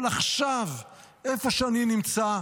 אבל עכשיו, איפה שאני נמצא,